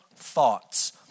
thoughts